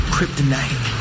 Kryptonite